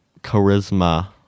charisma